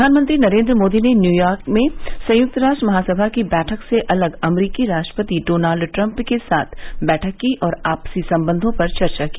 प्रधानमंत्री नरेन्द्र मोदी ने न्यूयार्क में संयुक्त राष्ट्र महासभा की बैठक से अलग अमरीकी राष्ट्रपति डॉनल्ड ट्रम्प के साथ बैठक की और आपसी सम्बंधों पर चर्चा की